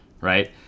Right